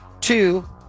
two